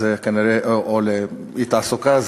או לאי-תעסוקה,